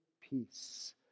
peace